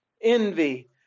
envy